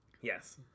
Yes